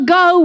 go